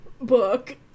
book